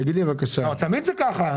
תמיד זה כך.